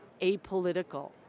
apolitical